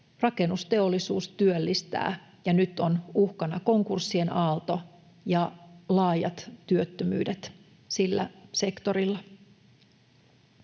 Rakennusteollisuus työllistää, ja nyt on uhkana konkurssien aalto ja laajat työttömyydet sillä sektorilla.